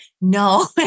No